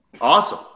Awesome